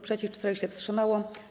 przeciw, 4 się wstrzymało.